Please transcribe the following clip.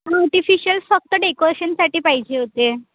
artificial फक्त डेकोरेशनसाठी पाहिजे होते